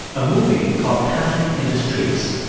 a movie called panic in the streets.